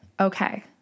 okay